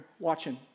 watching